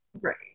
right